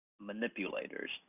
manipulators